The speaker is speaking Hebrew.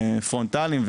פרונטליים,